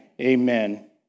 Amen